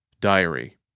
Diary